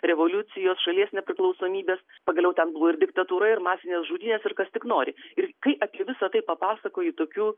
revoliucijos šalies nepriklausomybės pagaliau ten buvo ir diktatūra ir masinės žudynės ir kas tik nori ir kai apie visa tai papasakoji tokiu